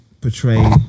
portray